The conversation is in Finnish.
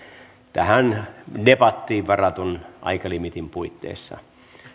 tähän debattiin varatun aikalimiitin puitteissa